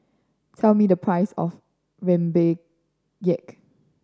tell me the price of Rempeyek